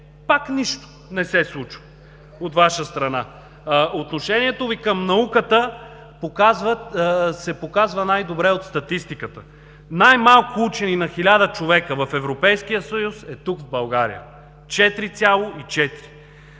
пак нищо не се случва от Ваша страна. Отношението Ви към науката се показва най-добре от статистиката. Най-малко учени на 1000 човека в Европейския съюз са тук, в България – 4,4.